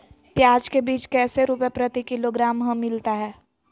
प्याज के बीज कैसे रुपए प्रति किलोग्राम हमिलता हैं?